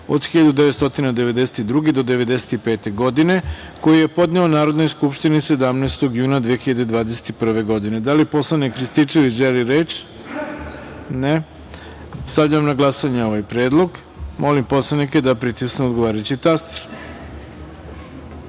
od 1992. do 1995. godine, koji je podneo Narodnoj skupštini 17. juna 2021. godine. Da li poslanik Rističević želi reč? (Ne.)Stavljam na glasanje ovaj predlog. Molim poslanike da pritisnu odgovarajući